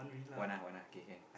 one ah one ah okay can